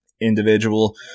individual